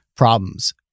Problems